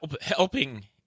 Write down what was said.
helping